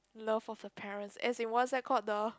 love of the parents as in what's that called the